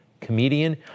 comedian